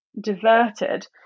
diverted